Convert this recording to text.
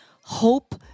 hope